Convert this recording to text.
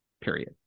Period